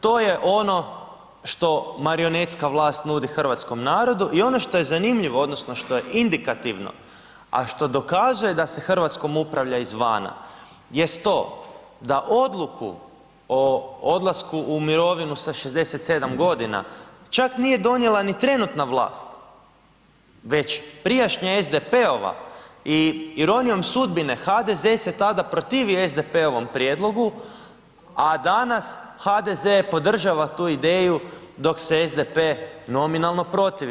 To je ono što marionetska vlast nudi hrvatskom narodu i ono što je zanimljivo, što je indikativno, a što dokazuje da se Hrvatskom upravlja izvana, jest to da odluku o odlasku u mirovinu sa 67. godina čak nije donijela ni trenutna vlast, već prijašnja, SDP-ova i ironijom sudbine, HDZ se tada protivio SDP-ovom prijedlogu, a danas HDZ podržava tu ideju, dok se SDP nominalno protivi.